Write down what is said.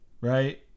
Right